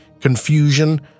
confusion